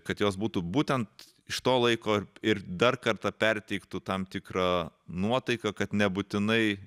kad jos būtų būtent iš to laiko ir dar kartą perteiktų tam tikra nuotaiką kad nebūtinai